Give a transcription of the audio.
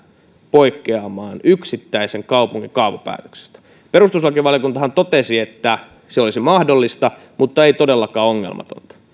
poikkeamaan yksittäisen kaupungin kaavapäätöksestä perustuslakivaliokuntahan totesi että se olisi mahdollista mutta ei todellakaan ongelmatonta